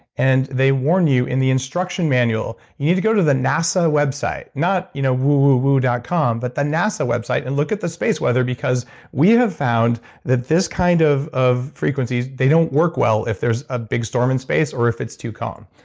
and they warn you in the instruction manual, you need to go to the nasa website. not you know woo-woo-woo dot com, but the nasa website and look at the space weather, because we have found that this kind of of frequencies, they don't work well if there's a big storm in space or if it's too calm.